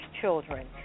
children